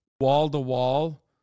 wall-to-wall